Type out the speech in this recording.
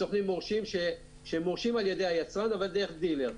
מסוכנים שמורשים על ידי היצרן, אבל דרך דילר.